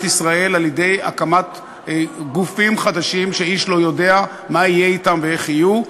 ישראל על-ידי הקמת גופים חדשים שאיש לא יודע מה יהיה אתם ואיך יהיו.